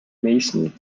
mason